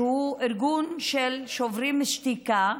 שהוא ארגון שוברים שתיקה,